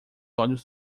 olhos